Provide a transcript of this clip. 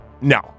No